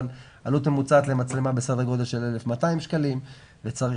אבל עלות ממוצעת למצלמה בסדר גודל של 1,200 שקלים וצריך